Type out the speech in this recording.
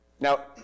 Now